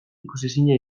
ikusezina